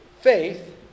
faith